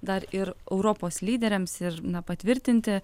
dar ir europos lyderiams ir na patvirtinti